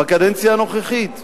בקדנציה הנוכחית.